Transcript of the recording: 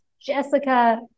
jessica